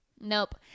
Nope